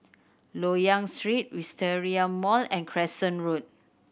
Loyang Street Wisteria Mall and Crescent Road